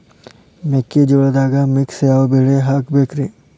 ಮೆಕ್ಕಿಜೋಳದಾಗಾ ಮಿಕ್ಸ್ ಯಾವ ಬೆಳಿ ಹಾಕಬೇಕ್ರಿ?